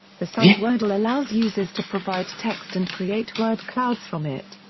the site wordle allows users to provide text and create word clouds from it.